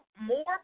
more